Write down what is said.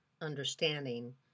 understanding